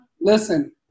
listen